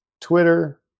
Twitter